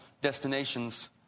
destinations